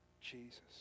Jesus